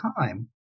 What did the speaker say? time